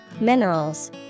minerals